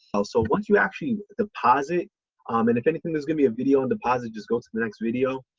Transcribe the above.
also once you actually deposit um, and if anything, there's gonna be a video and deposit just go to the next video,